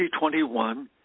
2021